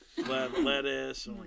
Lettuce